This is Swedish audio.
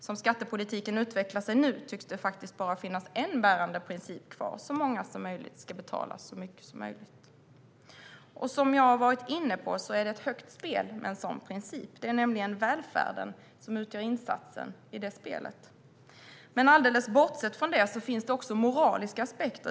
Som skattepolitiken utvecklar sig nu tycks det faktiskt bara finnas en bärande princip kvar: Så många som möjligt ska betala så mycket som möjligt. Som jag redan har varit inne på är det ett högt spel med en sådan princip. Det är nämligen välfärden som utgör insatsen i det spelet. Alldeles bortsett från detta finns det också moraliska aspekter.